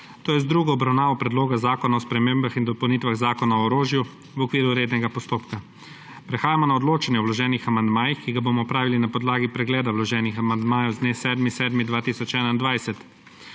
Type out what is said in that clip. to je z drugo obravnavo Predloga zakona o spremembah in dopolnitvah Zakona o orožju v okviru rednega postopka. Prehajamo na odločanje o vloženih amandmajih, ki ga bomo opravili na podlagi pregleda vloženih amandmajev z dne 7.